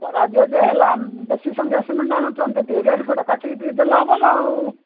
କରାଯିବ ଯେ ହେଲେ ବେଶୀ ସଂଖ୍ୟାରେ ସିମେଣ୍ଟ ଆଣୁଛନ୍ତି ଟିକେ ରେଟ୍ ଫେଟ୍ କାଟିକି ଦେଲେ ହବ ନା ଆଉ